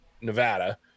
nevada